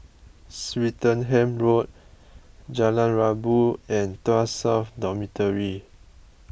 Swettenham Road Jalan Rabu and Tuas South Dormitory